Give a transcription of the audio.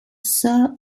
sir